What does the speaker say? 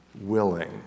willing